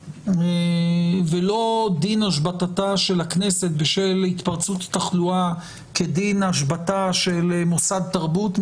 ולא דין השבתתה של הכנסת בשל התפרצות תחלואה כדין השבתה של מוסד תרבות,